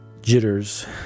jitters